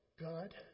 God